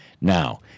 Now